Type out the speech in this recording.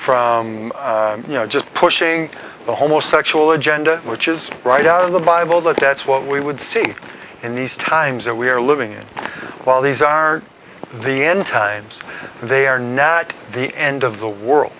from you know just pushing the homosexual agenda which is right out of the bible that that's what we would see in these times that we're living in while these aren't the end times they are now at the end of the world